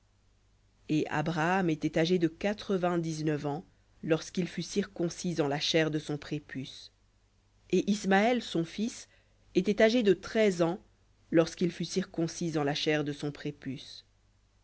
et abraham était âgé de quatre-vingt-dix-neuf ans lorsqu'il fut circoncis en la chair de son prépuce et ismaël son fils était âgé de treize ans lorsqu'il fut circoncis en la chair de son prépuce